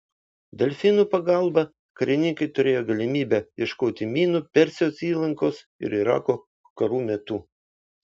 delfinų pagalba karininkai turėjo galimybę ieškoti minų persijos įlankos ir irako karų metu